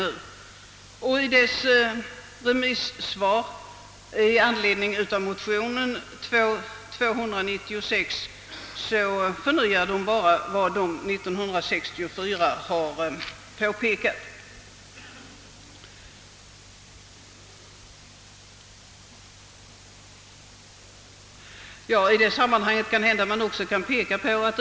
I yttrande med anledning av motion 1II:296 upprepar den vad som påpekades 1964.